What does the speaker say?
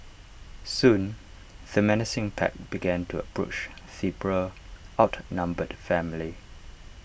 soon the menacing pack began to approach the poor outnumbered family